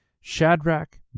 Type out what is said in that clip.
Shadrach